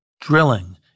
Drilling